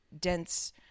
dense